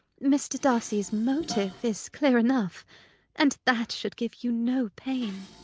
mr. darcy's motive is clear enough and that should give you no pain.